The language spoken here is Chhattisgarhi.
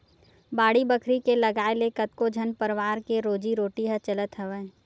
बाड़ी बखरी के लगाए ले कतको झन परवार के रोजी रोटी ह चलत हवय